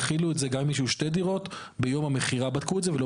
החילו את זה על מישהו גם עם שתי דירות.